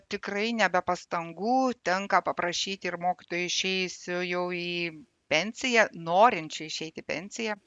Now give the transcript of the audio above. tikrai ne be pastangų tenka paprašyt ir mokytojų išėjusių jau į pensiją norinčių išeit į pensiją